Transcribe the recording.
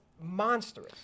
monstrous